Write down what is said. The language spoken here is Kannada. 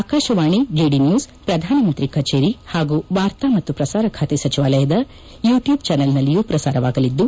ಆಕಾಶವಾಣಿ ಡಿಡಿ ನ್ಕೂಸ್ ಪ್ರಧಾನಮಂತ್ರಿ ಕಚೇರಿ ಪಾಗೂ ವಾರ್ತಾ ಮತ್ತು ಪ್ರಸಾರ ಖಾತೆ ಸಚಿವಾಲಯದ ಯುಟ್ಕೂಬ್ ಚಾನೆಲ್ನಲ್ಲಿಯೂ ಪ್ರಸಾರವಾಗಲಿದ್ದು